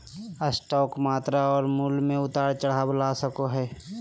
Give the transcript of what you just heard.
stock मात्रा और मूल्य में उतार चढ़ाव ला सको हइ